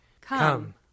Come